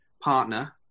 partner